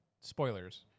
spoilers